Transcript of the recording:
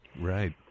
Right